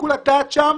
שיקול הדעת שם,